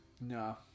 No